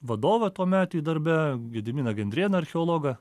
vadovą tuometį darbe gediminą gendrėną archeologą